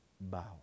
bow